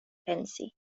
pensi